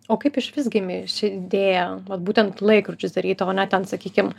o kaip išvis gimė ši idėja vat būtent laikrodžius daryti o ne ten sakykim